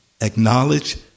acknowledge